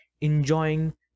enjoying